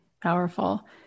powerful